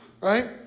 right